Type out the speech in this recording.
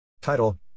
Title